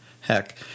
heck